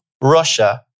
Russia